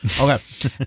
okay